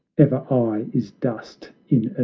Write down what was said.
e'er eye, is dust in